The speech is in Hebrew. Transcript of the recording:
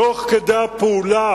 תוך כדי הפעולה,